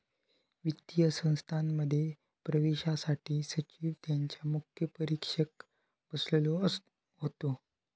वित्तीय संस्थांमध्ये प्रवेशासाठी सचिन त्यांच्या मुख्य परीक्षेक बसलो होतो